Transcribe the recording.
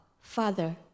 Father